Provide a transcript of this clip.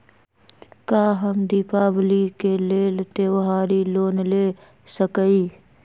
का हम दीपावली के लेल त्योहारी लोन ले सकई?